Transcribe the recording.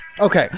Okay